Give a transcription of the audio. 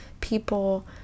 people